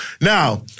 Now